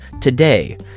today